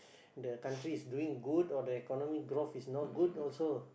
the country is doing good or the economic growth is not good also